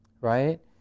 right